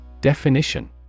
Definition